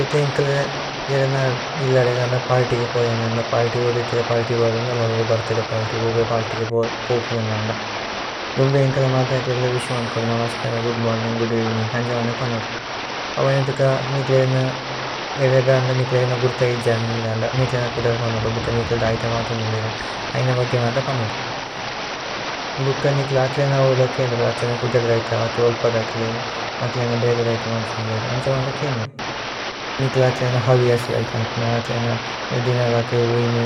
ഏത ഇന്കല ഏരന ഇലദ ഇകന്ദ പാലതി ക പോഇ। അനന്ദ പാലതി ബോദി ഇതിദ പാലതി ബോദി അന്ദ। അല്ല ഓരു ബിര്ഥ്ദയ് പാലതി ഗോബേ പാലതി ക പോപു। അനന്ദ ദുമ്ബേ ഇന്കല മധ ഇകലക ല വിശു മന്। പോദ നമസ്കര ഗൂദ് മോര്നിന്ഗ് ഗൂദ് ഏവേനിന്ഗ് അന്ഛ। മന്ദ പനോദ അവയന്തുക നിക്ല ഏരന ഇകന്ദ നിക്ല। ഇകന്ദ ഗുരുഥ ഇജന് അന്ദ നിക്ല അനപുദര പനോദ। ഭുക്ക നിക്ല ദൈഥ മന്തു അനുലേര ഐന ബഗ്യ മന്ദ। പനോദ ഭുക്ക നിക്ല അക്ലന അവുല കേനുദ അക്ലന। പുദര ദൈഥ അക്ല ഗോല്പദ അക്ല അക്ലന ബേല ദൈഥ। മന്തു അനുലേര അന്ഛ മന്ദ കേനുദ നിക്ല അക്ലന। ഹവ്യസ ദൈഥ അനന്ദ അക്ലന ദിനല അക്ല ഓഇന।